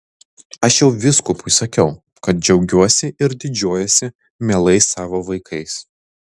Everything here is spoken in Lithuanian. aš jau vyskupui sakiau kad džiaugiuosi ir didžiuojuosi mielais savo vaikais